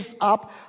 up